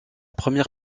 première